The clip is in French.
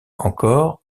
encore